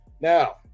now